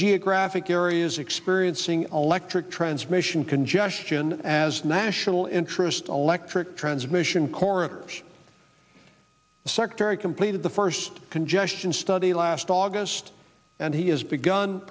geographic areas experiencing electric transmission congestion as national interest electric transmission corridors the secretary completed the first congestion study last august and he has begun